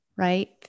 right